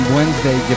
Wednesday